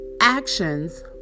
actions